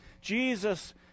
Jesus